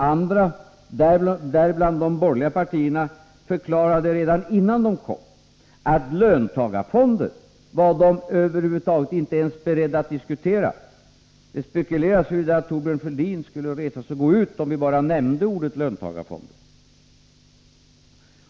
Andra, däribland de borgerliga partierna, förklarade redan innan de kom att löntagarfonder var de över huvud taget inte ens beredda att diskutera. Det spekulerades i huruvida Thorbjörn Fälldin skulle resa sig och gå ut, om vi bara nämnde ordet löntagarfonder.